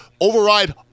Override